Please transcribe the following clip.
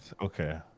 okay